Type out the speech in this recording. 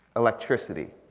electricity.